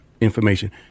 information